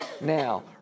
now